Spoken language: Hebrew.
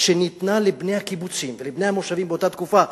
שניתנה לבני הקיבוצים ולבני המושבים באותה תקופה,